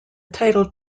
title